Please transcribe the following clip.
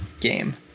game